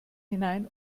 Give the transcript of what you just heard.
hinein